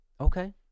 Okay